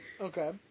Okay